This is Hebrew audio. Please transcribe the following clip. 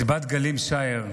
ואת בת גלים שער,